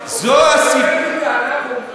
אבל העליתי טענה קונקרטית,